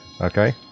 Okay